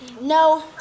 No